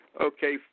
Okay